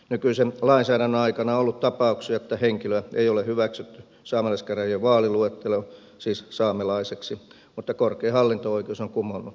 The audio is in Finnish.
nykyisen lainsäädännön aikana on ollut tapauksia että henkilöä ei ole hyväksytty saamelaiskäräjien vaaliluetteloon siis saamelaiseksi mutta korkein hallinto oikeus on kumonnut päätöksen